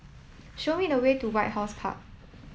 show me the way to White House Park